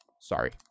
sorry